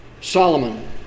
Solomon